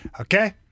Okay